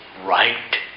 right